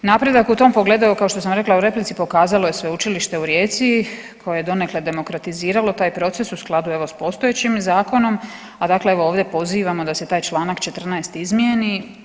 Napredak u tom pogledu evo kao što sam rekla u replici pokazalo je Sveučilište u Rijeci koje je donekle demokratiziralo taj proces u skladu evo sa postojećim zakonom, a dakle evo ovdje pozivamo da se taj članak 14. izmijeni.